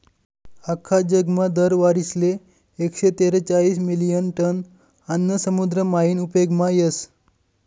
आख्खा जगमा दर वरीसले एकशे तेरेचायीस मिलियन टन आन्न समुद्र मायीन उपेगमा येस